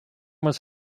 was